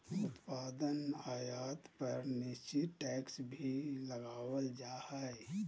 उत्पाद के आयात पर निश्चित टैक्स भी लगावल जा हय